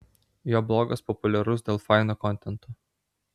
jo blogas populiarus dėl faino kontento